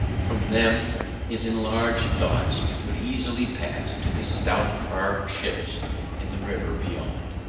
from them his enlarged thoughts would easily pass to the stout carved ships in the river beyond,